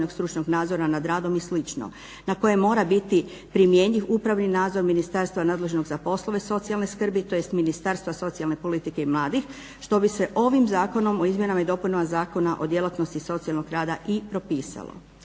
na koje mora biti primjenjiv upravni nadzor ministarstva nadležnog za poslove socijalne skrbi tj. Ministarstva socijalne politike i mladih što bi se ovim zakonom u izmjenama i dopunama Zakona o djelatnosti socijalnog rada i propisalo.